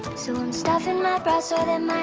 so i'm stuffing my bra so that